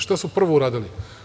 Šta su prvo uradili?